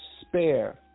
spare